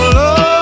love